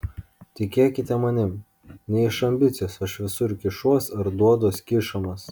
tikėkite manim ne iš ambicijos aš visur kišuos ar duoduos kišamas